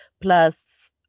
Plus